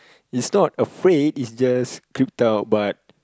is not afraid is just creep out but